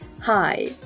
hi